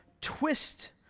twist